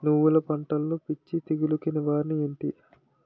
నువ్వులు పంటలో పిచ్చి తెగులకి నివారణ ఏంటి?